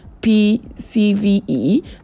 PCVE